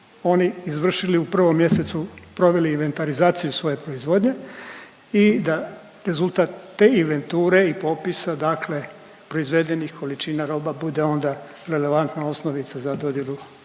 oni izvršili u prvom mjesecu proveli invertarizaciju svoje proizvodnje i da rezultat te inventure i popisa dakle proizvedenih količina roba bude onda relevantna osnovica za dodjelu